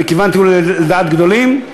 אני כיוונתי אולי לדעת גדולים,